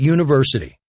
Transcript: University